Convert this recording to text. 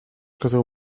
kazał